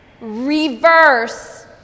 reverse